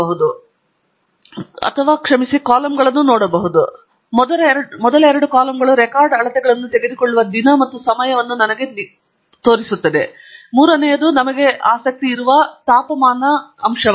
ನಾವು ಲಕ್ಷಣಗಳು ಅಥವಾ ಹೆಸರುಗಳು ಕ್ಷಮಿಸಿ ಕಾಲಮ್ಗಳನ್ನು ನೋಡುತ್ತೇವೆ ಮತ್ತು ಮೊದಲ ಎರಡು ಕಾಲಮ್ಗಳು ಈ ರೆಕಾರ್ಡ್ ಅಳತೆಗಳನ್ನು ತೆಗೆದುಕೊಳ್ಳುವ ದಿನ ಮತ್ತು ಸಮಯವನ್ನು ನನಗೆ ಕೊಡುತ್ತದೆ ಎಂದು ತೋರಿಸುತ್ತದೆ ಮತ್ತು ಮೂರನೆಯದು ನಮಗೆ ಆಸಕ್ತಿ ಹೊಂದಿರುವ ತಾಪಮಾನವಾಗಿದೆ